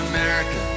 America